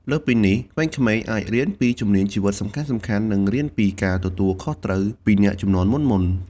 លើសពីនេះ ក្មេងៗអាចរៀនពីជំនាញជីវិតសំខាន់ៗ និងរៀនពីការទទួលខុសត្រូវពីអ្នកជំនាន់មុនៗ។